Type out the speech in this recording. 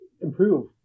improve